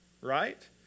Right